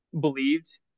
believed